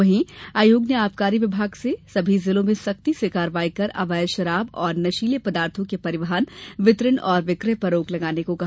वहीं आयोग ने आबकारी विभाग से सभी जिलों में सख्ती से कार्यवाही कर अवैध शराब तथा नशीले पदार्थों के परिवहन वितरण और विक्रय पर रोक लगाने को कहा